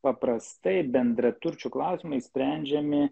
paprastai bendraturčių klausimai sprendžiami